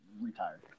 retired